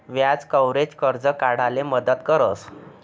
व्याज कव्हरेज, कर्ज काढाले मदत करस